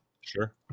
Sure